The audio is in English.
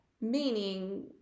meaning